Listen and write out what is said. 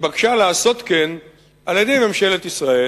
שהתבקשה לעשות כן על-ידי ממשלת ישראל,